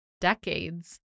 decades